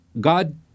God